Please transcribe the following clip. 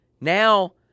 Now